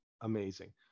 amazing